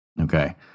Okay